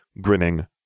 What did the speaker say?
grinning